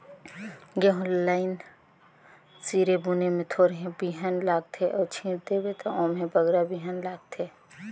गहूँ ल लाईन सिरे बुने में थोरहें बीहन लागथे अउ छींट देबे ता ओम्हें बगरा बीहन लागथे